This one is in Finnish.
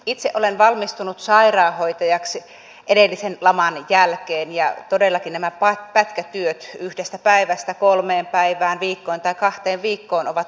itse olen valmistunut sairaanhoitajaksi edellisen laman jälkeen ja todellakin nämä pätkätyöt yhdestä päivästä kolmeen päivään viikkoon tai kahteen viikkoon ovat tuttuja